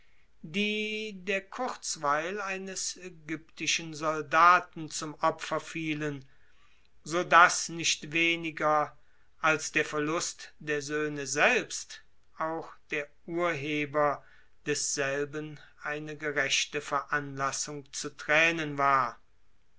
die der kurzweil eines aegyptischen soldaten zum opfer fielen so daß nicht weniger als der verlust der söhne selbst auch der urheber desselben eine gerechte veranlassung zu thränen war